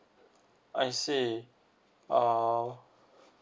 I see uh